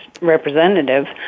representative